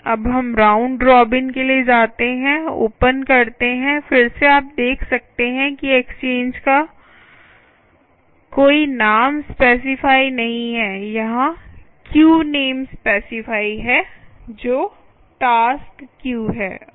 अब हम round robin के लिए जाते हैं ओपन करते हैं फिर से आप देख सकते हैं कि एक्सचेंज का कोई नाम स्पेसिफाई नहीं है यहां क्यू नेम स्पेसिफाई है जो टास्क क्यू है